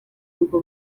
ngo